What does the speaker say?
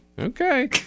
Okay